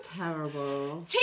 Terrible